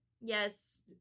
Yes